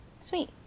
Sweet